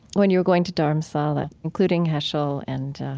when you were going to dharamsala, including heschel. and